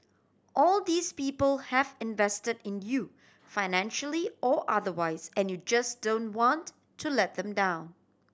all these people have invested in you financially or otherwise and you just don't want to let them down